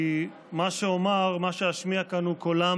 כי מה שאומר, מה שאשמיע כאן, הוא קולם